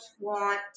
want